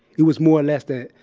it was more or less that,